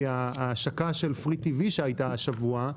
כי ההשקה של Free T.V שהייתה השבוע,